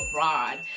abroad